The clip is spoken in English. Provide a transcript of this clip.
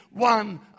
one